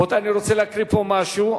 רבותי, אני רוצה להקריא פה משהו,